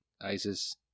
ISIS